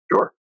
Sure